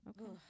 Okay